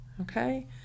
okay